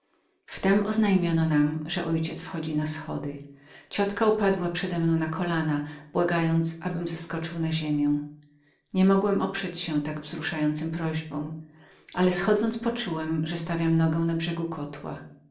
w tem oznajmiono nam że mój ojciec wchodził na wschody ciotka moja upadła przedemną na kolana błagając abym zszedł na ziemię nie mogłem oprzeć się tak wzruszającym prośbom ale złażąc poczułem że stawiałem nogę na brzegu kotła